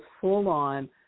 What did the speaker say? full-on